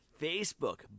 Facebook